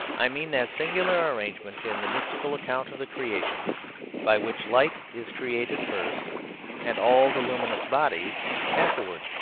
i mean that singular arrangement in the mystical account of the creation by which light is created first and all the luminous bodies afterwards.